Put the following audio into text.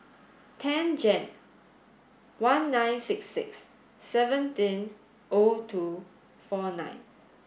ten Jan one nine six six seventeen O two four nine